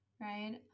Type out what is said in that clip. right